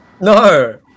No